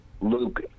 Luke